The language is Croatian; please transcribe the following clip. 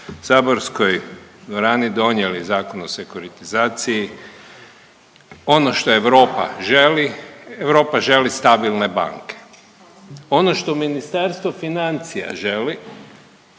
saborskoj dvorani donijeli zakon o sekuritizaciji, ono što Europa želi Europa želi stabilne banke. Ono što ministarstvo financija želi,